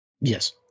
Yes